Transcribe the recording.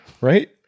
right